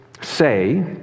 say